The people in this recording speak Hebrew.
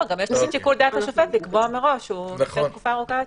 יש גם שיקל דעת לשופט לקבוע מראש שהוא נותן תקופה ארוכה יותר.